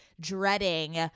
dreading